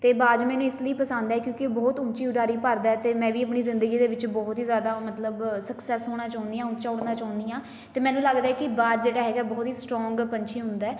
ਅਤੇ ਬਾਜ਼ ਮੈਨੂੰ ਇਸ ਲਈ ਪਸੰਦ ਹੈ ਕਿਉਂਕਿ ਇਹ ਬਹੁਤ ਉੱਚੀ ਉਡਾਰੀ ਭਰਦਾ ਅਤੇ ਮੈਂ ਵੀ ਆਪਣੀ ਜ਼ਿੰਦਗੀ ਦੇ ਵਿੱਚ ਬਹੁਤ ਹੀ ਜ਼ਿਆਦਾ ਮਤਲਬ ਸਕਸੈਸ ਹੋਣਾ ਚਾਹੁੰਦੀ ਹਾਂ ਉੱਚਾ ਉੱਡਣਾ ਚਾਹੁੰਦੀ ਹਾਂ ਅਤੇ ਮੈਨੂੰ ਲੱਗਦਾ ਕਿ ਬਾਜ਼ ਜਿਹੜਾ ਹੈਗਾ ਬਹੁਤ ਹੀ ਸਟਰੋਂਗ ਪੰਛੀ ਹੁੰਦਾ ਹੈ